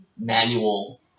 manual